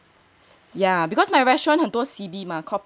ya because my restaurant 很多 C_B mah